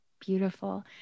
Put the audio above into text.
Beautiful